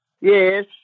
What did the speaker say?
Yes